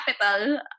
capital